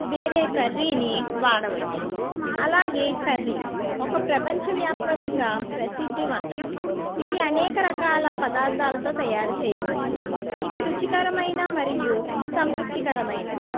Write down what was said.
వేరే కర్రీని వాడవచ్చు అలాగే కర్రీ ఒక ప్రపంచ వ్యాప్తంగా ప్రసిద్ధి వంటకం ఇది అనేక రకాల పదార్థాలతో తయారు చేయవచ్చు ఇది రుచికరమైన మరియు సంతృప్తికరమైనది